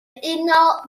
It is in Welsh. uno